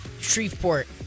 Shreveport